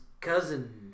cousin